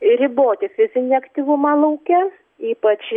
riboti fizinį aktyvumą lauke ypač